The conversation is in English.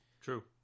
True